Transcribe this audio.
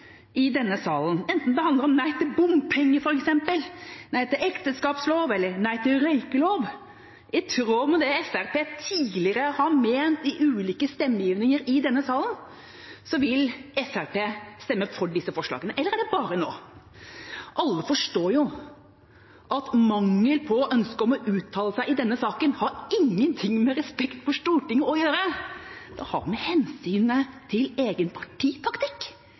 i denne salen, enten det handler om nei til bompenger, f.eks., nei til ekteskapslov eller nei til røykelov, i tråd med det Fremskrittspartiet tidligere har ment i ulike stemmegivninger i denne salen, så vil Fremskrittspartiet stemme for disse forslagene? Eller er det bare nå? Alle forstår at mangel på ønske om å uttale seg i denne saken har ingenting med respekt for Stortinget å gjøre; det har å gjøre med hensynet til egen partitaktikk